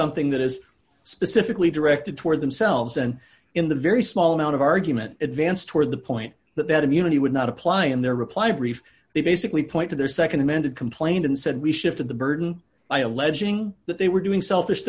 something that is specifically directed toward themselves and in the very small amount of argument advanced toward the point that that immunity would not apply in their reply brief they basically point to their nd amended complaint and said we shifted the burden by alleging that they were doing selfish